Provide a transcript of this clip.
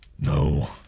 No